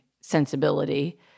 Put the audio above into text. sensibility